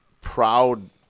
proud